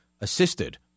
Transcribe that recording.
assisted